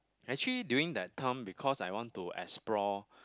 actually during that time because I want to explore